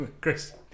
Chris